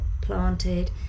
planted